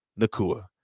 Nakua